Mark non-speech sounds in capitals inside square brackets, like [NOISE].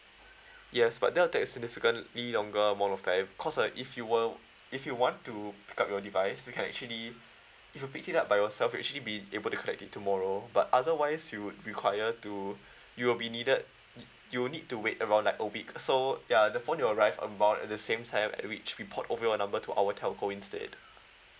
yes but that'll take a significantly longer amount of time cause like if you were if you want to pick up your device you can actually [BREATH] if you pick it up by yourself you'll actually be able to collect it tomorrow but otherwise you would require to [BREATH] you will be needed y~ you will need to wait around like a week so ya the phone will arrive at about at the same time at which we port over your number to our telco instead